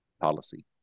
policy